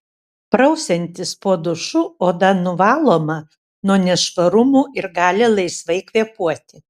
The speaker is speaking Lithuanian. prausiantis po dušu oda nuvaloma nuo nešvarumų ir gali laisvai kvėpuoti